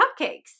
cupcakes